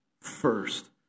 first